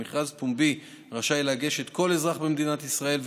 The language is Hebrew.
למכרז פומבי רשאי לגשת כל אזרח במדינת ישראל,